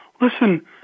listen